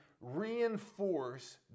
reinforce